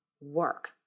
work